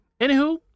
Anywho